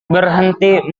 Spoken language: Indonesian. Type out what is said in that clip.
berhenti